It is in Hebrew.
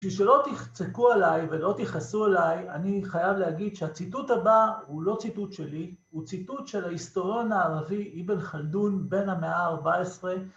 ‫כדי שלא תצחקו עליי ולא תיכעסו עליי, ‫אני חייב להגיד שהציטוט הבא ‫הוא לא ציטוט שלי, ‫הוא ציטוט של ההיסטוריון הערבי ‫איבן חלדון בין המאה ה-14,